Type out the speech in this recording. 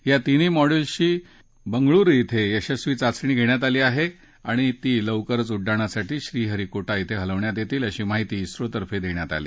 या तीन्ही मॉड्यूल्सची बंगळुरु कें यशस्वी चाचणी घेण्यात आली आहे आणि त्या लवकरच उड्डाणासाठी श्रीहरीकोटा िव्हे हलवण्यात येतील अशी माहिती िक्रोतर्फे देण्यात आली